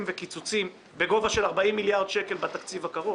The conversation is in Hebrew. וקיצוצים בגובה של 40 מיליארד שקל בתקציב הקרוב.